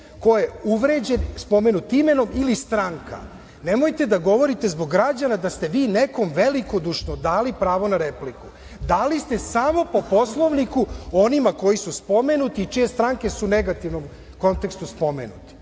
ko je uvređen, spomenut imenom ili stranka. Nemojte da govorite, zbog građana, da ste vi nekom velikodušno da li pravo na repliku. Dali ste samo, po Poslovniku, onima koji su spomenuti i čije stranke su u negativnom kontekstu spomenute.